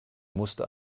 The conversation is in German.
musste